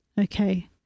Okay